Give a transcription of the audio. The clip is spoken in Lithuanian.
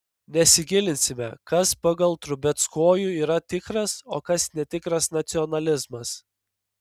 nesigilinsime kas pagal trubeckojų yra tikras o kas netikras nacionalizmas